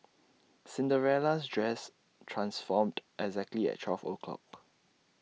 Cinderella's dress transformed exactly at twelve o'clock